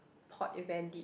port is very deep